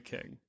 King